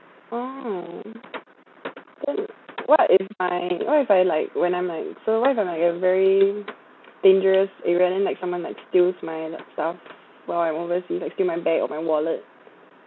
oh then what if my what if I like when I'm like so what if I'm at a very dangerous event when like someone like steals my stuff while I went overseas like steal my bag or my wallet